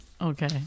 Okay